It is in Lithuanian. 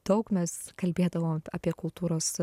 daug mes kalbėdavom apie kultūros